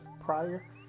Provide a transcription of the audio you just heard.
prior